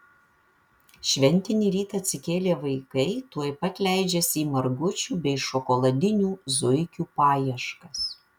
šventinį rytą atsikėlę vaikai tuoj pat leidžiasi į margučių bei šokoladinių zuikių paieškas